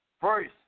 First